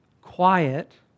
Quiet